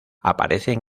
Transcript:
aparecen